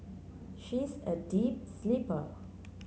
she's a deep sleeper